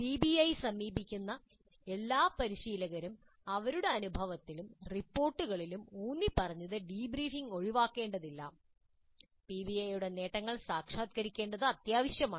PBI സമീപിക്കുന്ന എല്ലാ പരിശീലകരും അവരുടെ അനുഭവത്തിലും റിപ്പോർട്ടുകളിലും ഊന്നിപ്പറഞ്ഞത് ഡീബ്രീഫിംഗ് ഒഴിവാക്കേണ്ടതില്ല പിബിഐയുടെ നേട്ടങ്ങൾ സാക്ഷാത്കരിക്കേണ്ടത് അത്യാവശ്യമാണ്